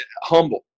humble